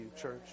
church